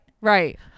right